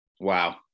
Wow